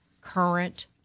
current